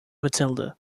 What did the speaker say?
matilda